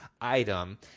item